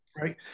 Right